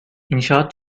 i̇nşaat